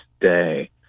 day